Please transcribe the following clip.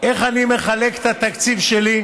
איך אני מחלק את התקציב שלי,